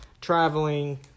traveling